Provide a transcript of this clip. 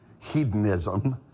hedonism